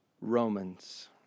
Romans